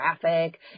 traffic